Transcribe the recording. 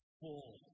full